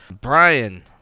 Brian